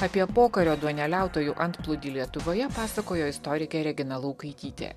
apie pokario duoneliautojų antplūdį lietuvoje pasakojo istorikė regina laukaitytė